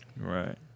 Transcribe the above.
right